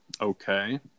Okay